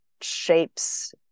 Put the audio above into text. shapes